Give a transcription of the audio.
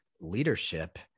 leadership